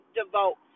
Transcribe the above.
devote